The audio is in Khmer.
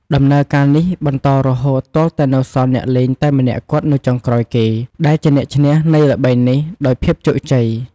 ដំណើរការនេះបន្តរហូតទាល់តែនៅសល់អ្នកលេងតែម្នាក់គត់នៅចុងក្រោយគេ ដែលជាអ្នកឈ្នះ នៃល្បែងនេះដោយភាពជោគជ័យ។